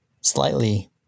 slightly